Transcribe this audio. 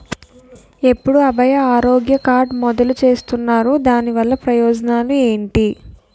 ఎప్పుడు అభయ ఆరోగ్య కార్డ్ మొదలు చేస్తున్నారు? దాని వల్ల ప్రయోజనాలు ఎంటి?